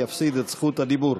יפסיד את זכות הדיבור.